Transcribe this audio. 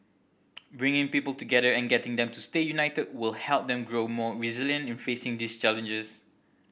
bringing people together and getting them to stay united will help them grow more resilient in facing these challenges